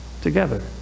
together